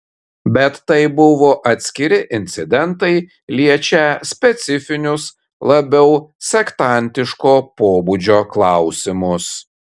bet tai buvo atskiri incidentai liečią specifinius labiau sektantiško pobūdžio klausimus